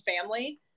family